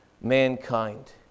mankind